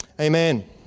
Amen